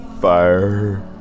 Fire